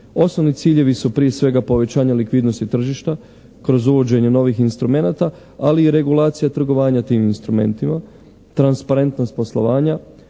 Osnovni ciljevi su prije svega povećanje likvidnosti tržišta kroz uvođenje novih instrumenata, ali i regulacija trgovanja tim instrumentima. Transparentnost poslovanja.